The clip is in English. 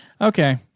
Okay